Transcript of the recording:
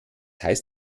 heißt